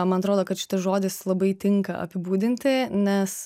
man atrodo kad šitas žodis labai tinka apibūdinti nes